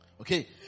okay